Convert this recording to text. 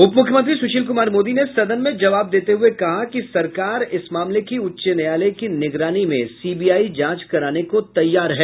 उप मुख्यमंत्री सुशील कुमार मोदी ने सदन में जवाब देते हुए कहा कि सरकार इस मामले की उच्च न्यायालय की निगरानी में सीबीआई जांच कराने को तैयार है